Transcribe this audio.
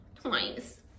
Twice